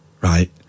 Right